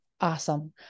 Awesome